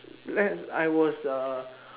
let's I was a